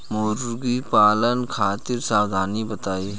मुर्गी पालन खातिर सावधानी बताई?